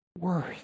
worth